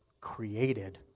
Created